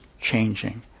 changing